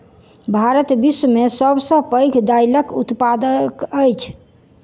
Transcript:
भारत विश्व में सब सॅ पैघ दाइलक उत्पादक अछि